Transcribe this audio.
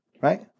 right